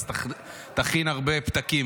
אז תכין הרבה פתקים,